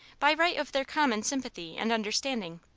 by right of their common sympathy and understanding.